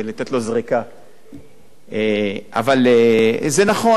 זה נכון, כל המחקרים מראים את זה, ואני מסכים אתך.